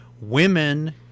Women